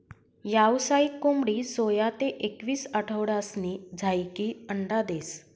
यावसायिक कोंबडी सोया ते एकवीस आठवडासनी झायीकी अंडा देस